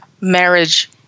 marriage